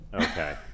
Okay